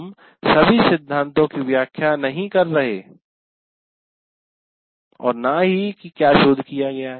हम सभी सिद्धांतों की व्याख्या नहीं कर रहे हैं और न हि कि क्या शोध किया गया है